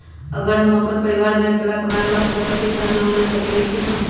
अगर हम अपन परिवार में अकेला कमाये वाला सदस्य हती त हम लोन ले सकेली की न?